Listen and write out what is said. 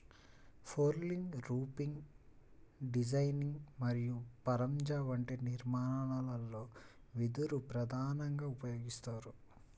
flooring, roofing designing మరియు పరంజా వంటి నిర్మాణాలలో వెదురు ప్రధానంగా ఉపయోగిస్తారు